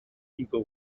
eagle